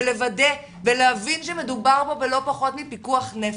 לוודא ולהבין שמדובר פה בלא פחות מפיקוח נפש?